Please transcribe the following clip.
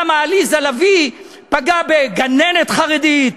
כמה עליזה לביא פגעה בגננת חרדית,